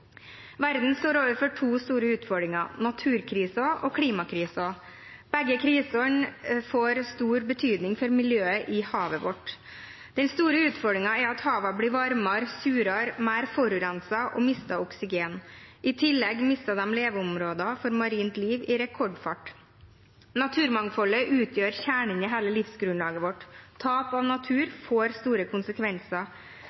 Verden står overfor to store utfordringer: naturkrisen og klimakrisen. Begge krisene får stor betydning for miljøet i havet vårt. Den store utfordringen er at havene blir varmere, surere og mer forurenset, og at de mister oksygen. I tillegg mister de leveområder for marint liv i rekordfart. Naturmangfoldet utgjør kjernen i hele livsgrunnlaget vårt. Tap av